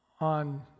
on